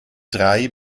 drei